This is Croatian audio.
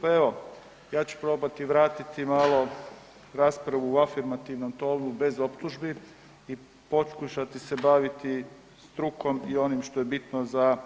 Pa evo, ja ću probati vratiti malo raspravu u afirmativnom tonu bez optužbi i pokušati se baviti strukom i onim što je bitno za